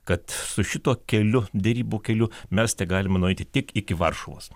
kad su šituo keliu derybų keliu mes tegalime nueiti tik iki varšuvos